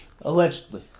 Allegedly